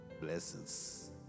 blessings